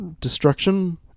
destruction